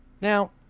Now